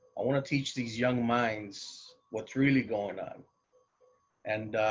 i want to teach these young minds. what's really going on and